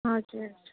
हजुर